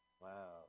Wow